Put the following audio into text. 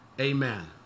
Amen